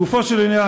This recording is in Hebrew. לגופו של עניין,